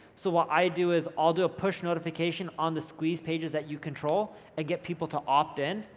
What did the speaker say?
so what i do is all do a push notification on the squeeze pages that you control and get people to opt-in,